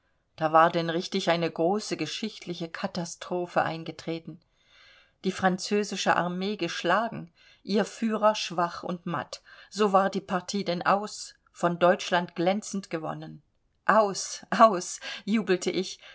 da war denn richtig eine große geschichtliche katastrophe eingetreten die französische armee geschlagen ihr führer schwach und matt so war die partie denn aus von deutschland glänzend gewonnen aus aus jubelte ich